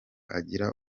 agira